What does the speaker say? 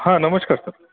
हां नमस्कार सर